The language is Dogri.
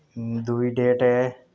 दुई डेट ऐ